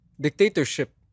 Dictatorship